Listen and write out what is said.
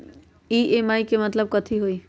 EMI के मतलब कथी होई?